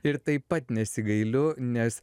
ir taip pat nesigailiu nes